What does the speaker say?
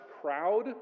crowd